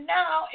now